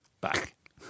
back